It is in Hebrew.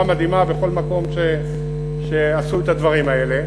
מדהימה בכל מקום שעשו את הדברים האלה.